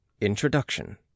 introduction